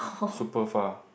super far